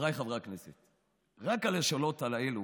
חבריי חברי הכנסת, רק על השאלות האלה